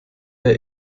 der